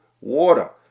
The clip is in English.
water